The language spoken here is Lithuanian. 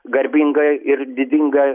garbingą ir didingą